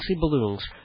balloons